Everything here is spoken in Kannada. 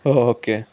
oh okay